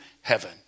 heaven